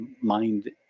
mind